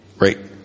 right